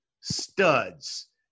studs